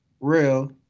real